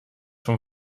vom